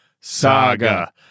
Saga